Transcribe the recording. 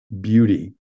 beauty